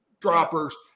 droppers